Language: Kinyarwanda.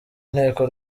nteko